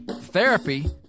Therapy